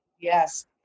Yes